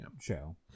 show